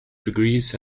degrees